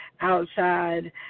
outside